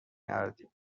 کردی